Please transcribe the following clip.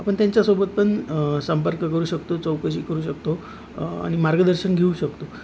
आपण त्यांच्यासोबत पण संपर्क करू शकतो चौकशी करू शकतो आणि मार्गदर्शन घेऊ शकतो